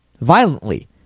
violently